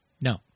No